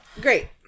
Great